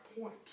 point